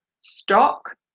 stock